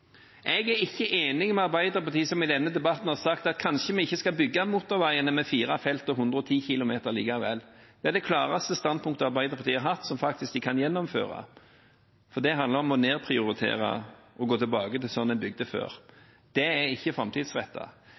Jeg er ikke enig med Arbeiderpartiet, som i denne debatten har sagt at kanskje vi ikke skal bygge motorveiene med fire felt og 110 km/t allikevel. Det er det klareste standpunktet Arbeiderpartiet har hatt som de faktisk kan gjennomføre, for det handler om å nedprioritere og gå tilbake til slik en bygde før. Det er ikke